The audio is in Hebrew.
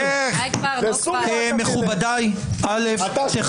שנערך עם הרבה בדיחות דעת בשעות הקטנות של הלילה ואולי כך הוועדה שלך